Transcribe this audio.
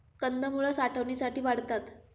कंदमुळं साठवणीसाठी वाढतात